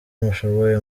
mushoboye